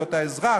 זכויות האזרח,